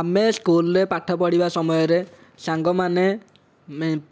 ଆମେ ସ୍କୁଲ୍ରେ ପାଠ ପଢ଼ିବା ସମୟରେ ସାଙ୍ଗମାନେ